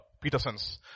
Peterson's